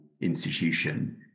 institution